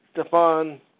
Stefan